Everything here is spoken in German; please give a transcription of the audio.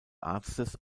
arztes